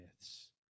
myths